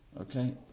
Okay